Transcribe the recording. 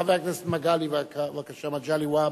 חבר הכנסת מגלי, בבקשה, מגלי והבה.